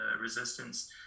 resistance